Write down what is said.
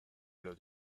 blow